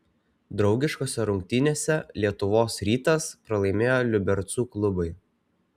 draugiškose rungtynėse lietuvos rytas pralaimėjo liubercų klubui